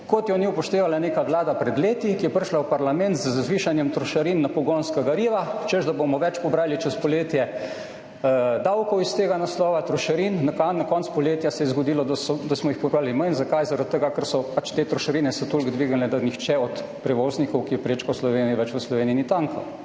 kot je ni upoštevala neka vlada pred leti, ki je prišla v parlament z zvišanjem trošarin na pogonska goriva, češ da bomo čez poletje pobrali več davkov iz tega naslova trošarin. Na koncu poletja se je zgodilo, da smo jih pobrali manj. Zakaj? Zaradi tega, ker so se pač te trošarine toliko dvignile, da nihče od prevoznikov, ki je prečkal Slovenijo, v Sloveniji ni več